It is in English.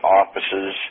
offices